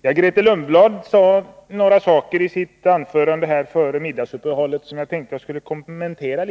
Herr talman! Grethe Lundblad sade några saker i sitt anförande före middagsuppehållet som jag tänkte att jag skulle kommentera.